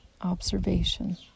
observation